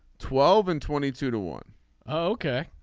twelve and twenty two to one ok.